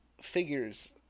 figures